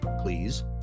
Please